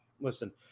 Listen